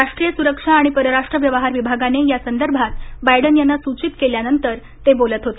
राष्ट्रीय सुरक्षा आणि परराष्ट्र व्यवहार विभागाने या संदर्भात बायडन यांना सूचित केल्यानंतर ते बोलत होते